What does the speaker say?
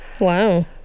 Wow